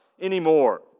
anymore